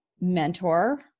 mentor